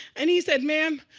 and he said, ma'am,